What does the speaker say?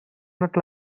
not